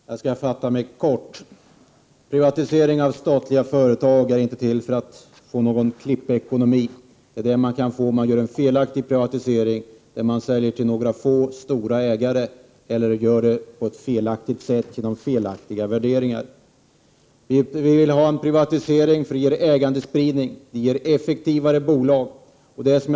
Herr talman! Jag skall fatta mig kort. Privatisering av statliga företag är inte till för att skapa en klippekonomi. Det är vad man får när man gör en felaktig privatisering, dvs. där man säljer till några få stora ägare eller gör det på ett felaktigt sätt på grund av felaktiga värderingar. Vi vill ha en privatisering därför att det ger en ägarspridning där och därför att det ger effektivare "bolag.